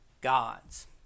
gods